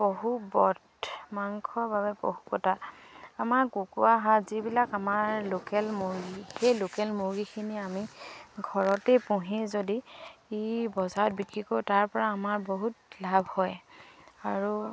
পশু বধ মাংসৰ বাবে পশু কটা আমাৰ কুকুুৰা হাঁহ যিবিলাক আমাৰ লোকেল মুৰ্গী সেই লোকেল মুৰ্গীখিনি আমি ঘৰতেই পুহি যদি ই বজাৰত বিক্ৰী কৰোঁ তাৰপৰা আমাৰ বহুত লাভ হয় আৰু